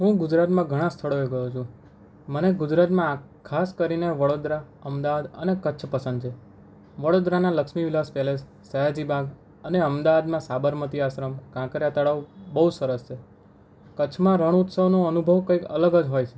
હું ગુજરાતમાં ઘણા સ્થળોએ ગયો છું મને ગુજરાતમાં આ ખાસ કરીને વડોદરા અમદાવાદ અને કચ્છ પસંદ છે વડોદરાના લક્ષ્મી વિલાસ પેલેસ સયાજી બાગ અને અમદાવાદમાં સાબરમતી આશ્રમ કાંકરિયા તળાવ બહુ સરસ છે કચ્છના રણઉત્સવનો અનુભવ કંઈ અલગ જ હોય છે